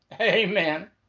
Amen